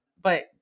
But-